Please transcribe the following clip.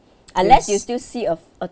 unless you still see a f~ a